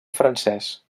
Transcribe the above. francès